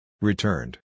Returned